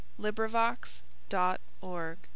LibriVox.org